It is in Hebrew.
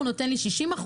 נותן לי 60%,